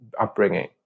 upbringing